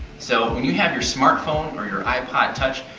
so, when you have your smartphone or your ipod touch,